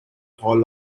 hall